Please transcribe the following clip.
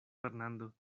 fernando